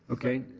okay,